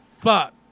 fuck